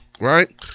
right